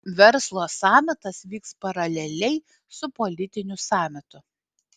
verslo samitas vyks paraleliai su politiniu samitu